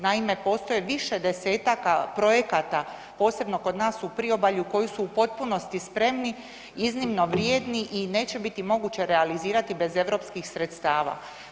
Naime, postoje više desetaka projekata posebno kod nas u priobalju koji su u potpunosti spremni, iznimno vrijedni i neće biti moguće realizirati bez europskih sredstava.